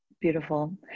Beautiful